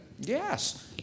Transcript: Yes